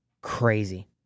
crazy